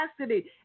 capacity